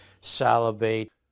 salivate